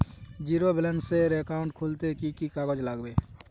Zero ব্যালেন্সের account খুলতে কি কি কাগজ লাগবে?